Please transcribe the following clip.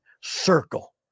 circle